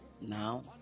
now